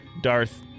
Darth